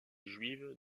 juive